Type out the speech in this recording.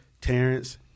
Terrence